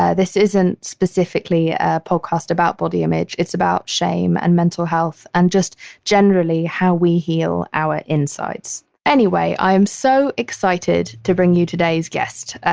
this isn't specifically a podcast about body image. it's about shame and mental health and just generally how we heal our insides. anyway, i am so excited to bring you today's guest. ah